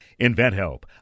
InventHelp